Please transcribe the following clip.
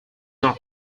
not